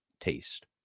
taste